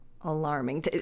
alarming